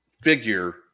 figure